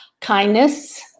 Kindness